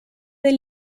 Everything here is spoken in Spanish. del